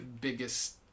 biggest